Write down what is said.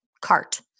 cart